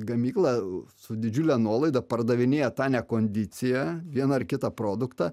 gamykla su didžiule nuolaida pardavinėja tą nekondiciją vieną ar kitą produktą